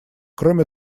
кроме